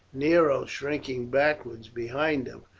nero, shrinking backwards behind them,